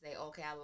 okay